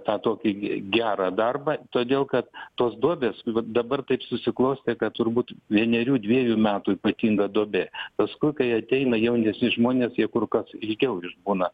tą tokį gerą darbą todėl kad tos duobės vat dabar taip susiklostė kad turbūt vienerių dvejų metų ypatinga duobė paskui kai ateina jaunesni žmonės jie kur kas ilgiau išbūna